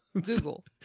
Google